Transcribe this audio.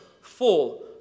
full